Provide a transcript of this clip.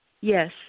yes